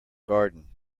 garden